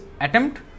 attempt